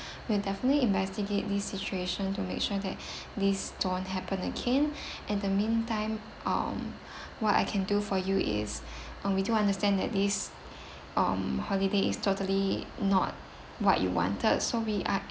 we'll definitely investigate this situation to make sure that these don't happen again at the meantime um what I can do for you is uh we do understand that this um holiday is totally not what you wanted so we are